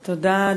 תודה.